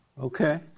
Okay